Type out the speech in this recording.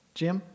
jim